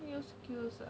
new skills